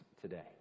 today